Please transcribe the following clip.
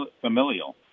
familial